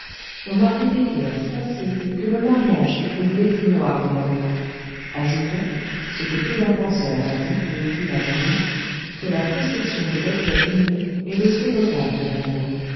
on a répété à satiété que le mariage était l'éteignoir de l'amour ajoutons ce que plus d'un penseur a dit ou écrit avant nous que la possession de l'objet aimé est le cénotaphe de l'amour